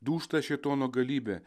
dūžta šėtono galybė